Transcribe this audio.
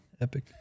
Epic